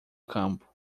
campo